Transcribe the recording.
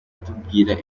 atubwira